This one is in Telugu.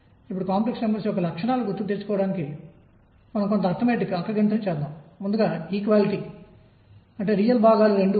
ఇక్కడ క్వాంటం మూలములను వర్తింపజేయడం ద్వారా అతను హైడ్రోజన్ వర్ణపటం యొక్క సరైన వివరణను పొందాడు